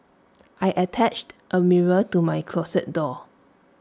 I attached A mirror to my closet door